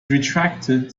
retracted